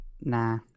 Nah